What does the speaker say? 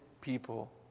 people